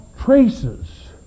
traces